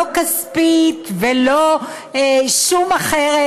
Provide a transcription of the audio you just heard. לא כספית ולא שום אחרת,